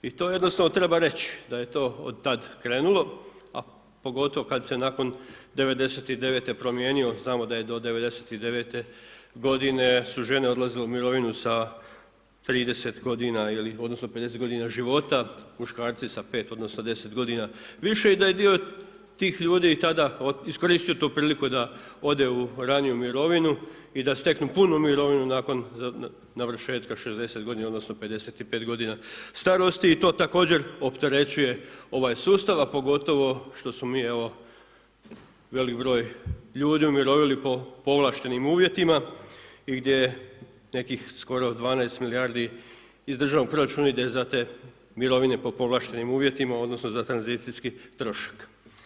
I to jednostavno treba reći da je to od tad krenulo, a pogotovo kad se nakon 99. promijenio znamo da je do 99. godine su žene odlazile u mirovinu sa 30 godina, odnosno 50 godina života, muškarci sa 5, odnosno 10 godina više i da je dio tih ljudi iskoristio tu priliku da ode u raniju mirovinu i da steknu punu mirovinu nakon navršetka 60 godina, odnosno 55 godina starosti i to također opterećuje ovaj sustav, a pogotovo što smo mi evo velik broj ljudi umirovili po povlaštenim uvjetima i gdje nekih skoro 12 milijardi iz državnog proračuna ide za te mirovine po povlaštenim uvjetima, odnosno za tranzicijski trošak.